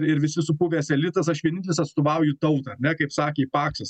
ir visi supuvęs elitas aš vienintelis atstovauju tautą ar ne kaip sakė paksas